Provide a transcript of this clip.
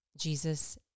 Jesus